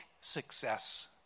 success